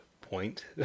point